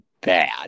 bad